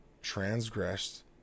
transgressed